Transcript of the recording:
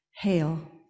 hail